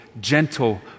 gentle